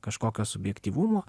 kažkokio subjektyvumo